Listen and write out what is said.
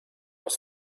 aus